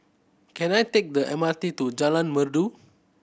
can I take the M R T to Jalan Merdu